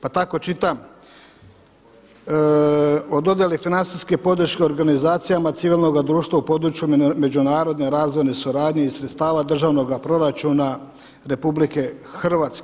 Pa tako čitam o dojeli financijske podrške organizacijama civilnoga društava u području međunarodne razvojne suradnje iz sredstava državnoga proračuna RH.